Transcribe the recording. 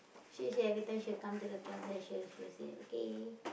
she say every time she will come to the class and she will she will say okay